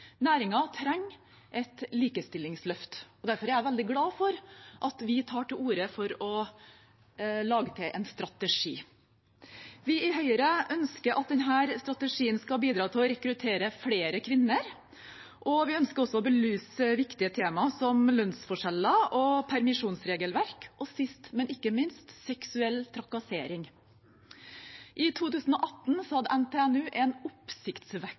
trenger et likestillingsløft, og derfor er jeg veldig glad for at vi tar til orde for å lage en strategi. Vi i Høyre ønsker at denne strategien skal bidra til å rekruttere flere kvinner, og vi ønsker også å belyse viktige temaer som lønnsforskjeller og permisjonsregelverk, og sist, men ikke minst, seksuell trakassering. I 2018 hadde NTNU en